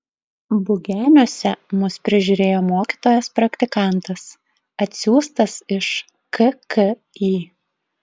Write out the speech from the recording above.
bugeniuose mus prižiūrėjo mokytojas praktikantas atsiųstas iš kki